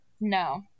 No